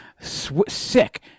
Sick